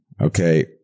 okay